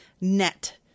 net